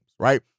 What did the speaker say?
Right